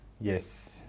Yes